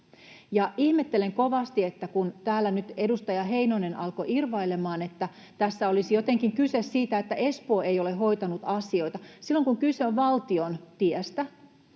Ihmettelen kovasti, kun täällä nyt edustaja Heinonen alkoi irvailemaan, että tässä olisi jotenkin kyse siitä, että Espoo ei ole hoitanut asioita. Silloin kun kyse on valtion tiestä,